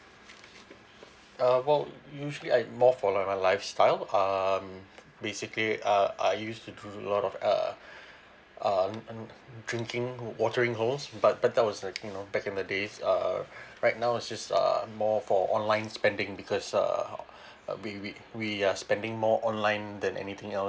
err well usually I'm more for like lifestyle um basically uh I used to do a lot of err uh um drinking watering holes but but that was like you know back in the days err right now is just err more for online spending because err uh we we we are spending more online than anything else